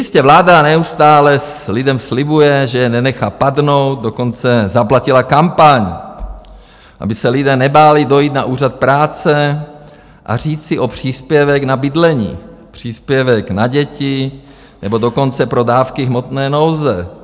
Jistě, vláda neustále lidem slibuje, že je nenechá padnout, dokonce zaplatila kampaň, aby se lidé nebáli dojít na úřad práce a říct si o příspěvek na bydlení, příspěvek na děti, nebo dokonce pro dávky hmotné nouze.